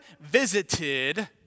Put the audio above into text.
visited